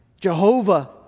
Jehovah